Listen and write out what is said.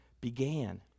began